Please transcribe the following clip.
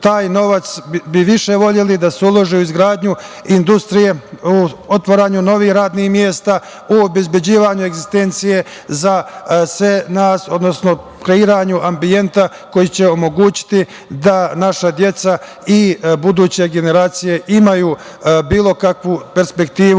taj novac više voleli da se uloži u izgradnju industrije, u otvaranje novih radnih mesta, u obezbeđivanje egzistencije za sve nas, odnosno kreiranju ambijenta koji će omogućiti da naša deca i buduće generacije imaju bilo kakvu perspektivu